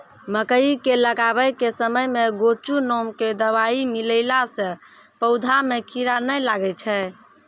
मकई के लगाबै के समय मे गोचु नाम के दवाई मिलैला से पौधा मे कीड़ा नैय लागै छै?